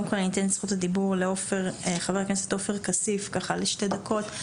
קודם כל אני אתן את זכות הדיבור לחה"כ עופר כסיף לשתי דקות.